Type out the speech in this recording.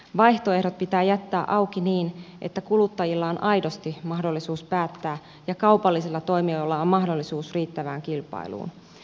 vaihtoehdot pitää jättää auki niin että kuluttajilla on aidosti mahdollisuus päättää ja kaupallisilla toimijoilla on mahdollisuus riittävään kilpailuun